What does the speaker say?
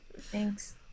Thanks